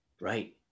Right